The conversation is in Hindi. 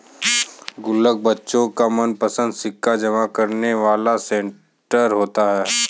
गुल्लक बच्चों का मनपंसद सिक्का जमा करने वाला कंटेनर होता है